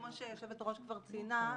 כמו שיושבת הראש כבר ציינה,